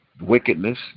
wickedness